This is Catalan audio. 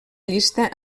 llista